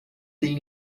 tem